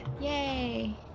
Yay